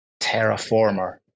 Terraformer